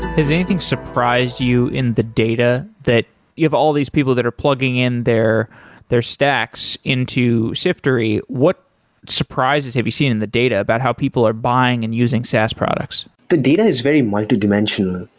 has anything surprised you in the data that you have all these people that are plugging in their their stacks into siftery. what surprises have you seen in the data about how people are buying and using sass products? the data is very multi-dimensional.